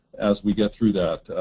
as we get through that.